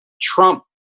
Trump